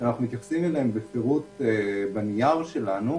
שאנחנו מתייחסים אליהם בפירוט בנייר שלנו,